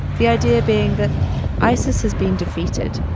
the idea being that isis has been defeated,